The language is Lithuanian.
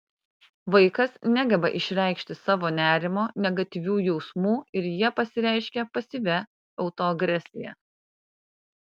vaikas negeba išreikšti savo nerimo negatyvių jausmų ir jie pasireiškia pasyvia autoagresija